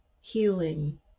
healing